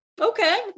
Okay